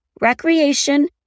recreation